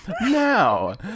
Now